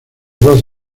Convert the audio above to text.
dos